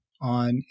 on